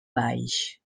baix